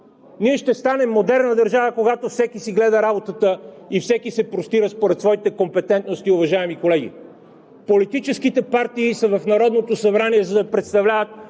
Ние ще станем модерна държава, когато всеки си гледа работата и всеки се простира според своите компетентности, уважаеми колеги. Политическите партии са в Народното събрание, за да представляват